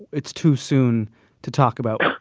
it's too soon to talk about,